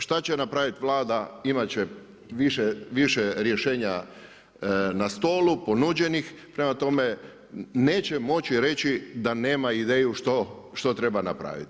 Šta će napraviti Vlada, imat će više rješenja na stolu ponuđenih, prema tome neće moći reći da nema ideju što treba napraviti.